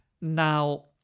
now